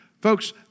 Folks